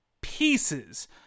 pieces